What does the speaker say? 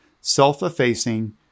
Self-effacing